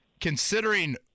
Considering